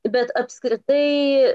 bet apskritai